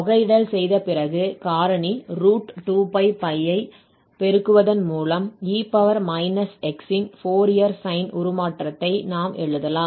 தொகையிடல் செய்த பிறகு காரணி2 ஐப் பெருக்குவதன் மூலம் e−x இன் ஃபோரியர் சைன் உருமாற்றத்தை நாம் எழுதலாம்